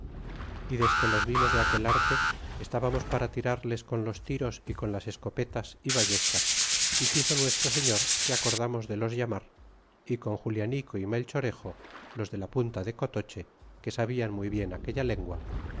y desque los vimos de aquel arte estabamos para tirarles con los tiros y con las escopetas y ballestas y quiso nuestro señor que acordamos de los llamar é con julianico y melchorejo los de la punta de cotoche que sabian muy bien aquella lengua